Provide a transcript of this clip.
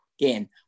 Again